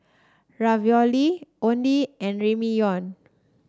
Ravioli Oden and Ramyeon